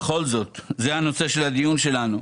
בכל זאת זה נושא הדיון שלנו.